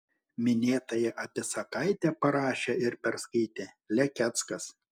minėtąją apysakaitę parašė ir perskaitė lekeckas